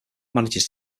manages